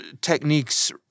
techniques